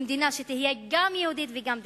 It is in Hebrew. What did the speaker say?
למדינה שתהיה גם יהודית וגם דמוקרטית,